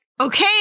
Okay